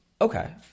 Okay